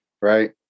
right